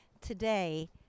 today